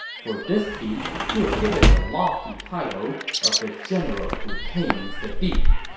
for this feat, he was given the lofty title of the general who tames the deep,